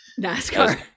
NASCAR